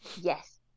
yes